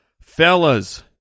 Fellas